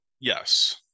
yes